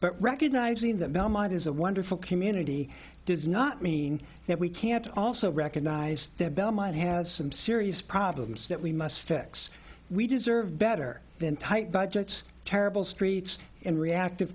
but recognizing that belmont is a wonderful community does not mean that we can't also recognize that belmont has some serious problems that we must fix we deserve better than tight budgets terrible streets and reactive